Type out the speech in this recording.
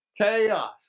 chaos